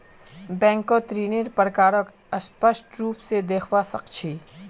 बैंकत ऋन्नेर प्रकारक स्पष्ट रूप से देखवा सके छी